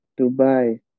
Dubai